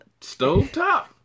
Stovetop